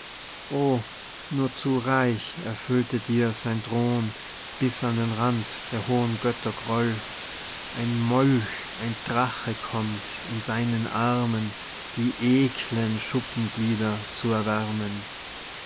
nur zu reich erfüllte dir sein droh'n bis an den rand der hohen götter groll ein molch ein drache kommt in deinen armen die eklen schuppenglieder zu erwärmen